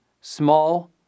small